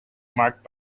marked